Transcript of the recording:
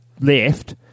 left